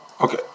Okay